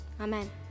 Amen